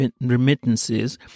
remittances